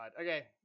Okay